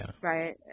right